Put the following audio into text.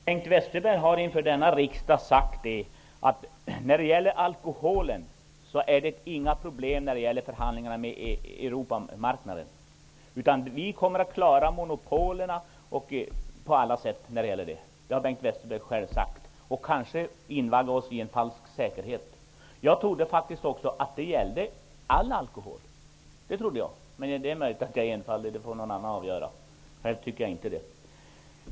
Fru talman! Bengt Westerberg har inför denna riksdag sagt att alkoholfrågorna inte är några problem i förhandlingarna med Europeiska gemenskapen. Vi kommer att klara monopolen när det gäller alkohol -- det har Bengt Westerberg själv sagt och därmed kanske invaggat oss i en falsk säkerhet. Jag trodde faktiskt att det gällde all alkohol! Men det är möjligt att jag är enfaldig -- det får någon annan avgöra; själv tycker jag inte det.